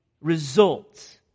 results